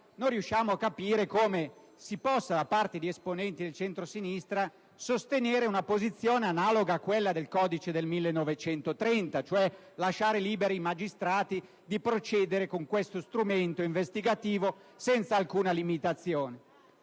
non riusciamo a capire come possano diversi esponenti del centrosinistra sostenere una posizione analoga a quella del codice del 1930, che prevedeva di lasciare liberi i magistrati di procedere con questo strumento investigativo senza alcuna limitazione.